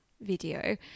video